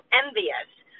envious